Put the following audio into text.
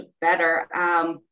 better